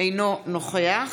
אינו נוכח